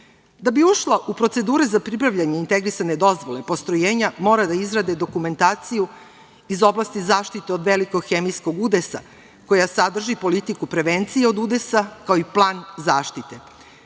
Da bi ušla u procedure za pribavljanje integrisane dozvole, postrojenja mora da izrade dokumentaciju iz oblasti zaštite od velikog hemijskog udesa koja sadrži politiku prevencije od udesa, kao i plan zaštite.